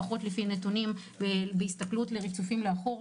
לפחות לפי נתונים בהסתכלות לריצופים לאחור,